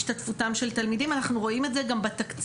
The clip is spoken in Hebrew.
להשתתפותם של תלמידים אנחנו רואים את זה גם התקציב,